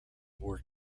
were